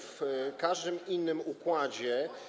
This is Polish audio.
W każdym innym układzie.